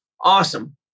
awesome